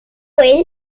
ell